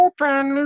Open